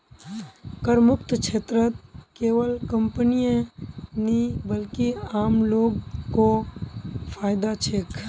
करमुक्त क्षेत्रत केवल कंपनीय नी बल्कि आम लो ग को फायदा छेक